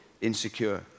insecure